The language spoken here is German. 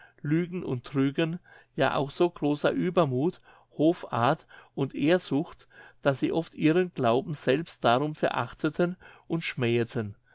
lügen und trügen ja auch so großer uebermuth hoffahrt und ehrsucht daß sie oft ihren glauben selbst darum verachteten und schmäheten